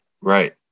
right